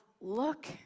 look